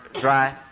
dry